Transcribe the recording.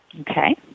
Okay